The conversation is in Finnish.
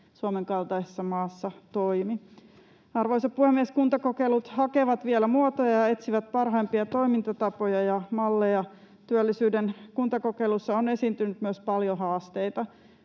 Suomen kaltaisessa maassa toimi. Arvoisa puhemies! Kuntakokeilut hakevat vielä muotoja ja etsivät parhaimpia toimintatapoja ja ‑malleja. Työllisyyden kuntakokeilussa on esiintynyt myös paljon haasteita.